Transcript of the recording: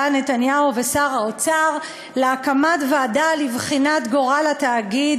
נתניהו ושר האוצר על הקמת ועדה לבחינת גורל התאגיד.